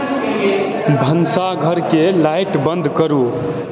भनसाघरके light बन्द करू